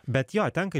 bet jo tenka